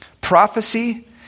Prophecy